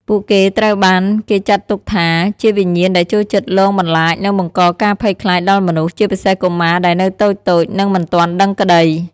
ពួកគេត្រូវបានគេចាត់ទុកថា ជាវិញ្ញាណដែលចូលចិត្តលងបន្លាច និងបង្កការភ័យខ្លាចដល់មនុស្ស ជាពិសេសកុមារដែលនៅតូចៗ និងមិនទាន់ដឹងក្តី។